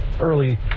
early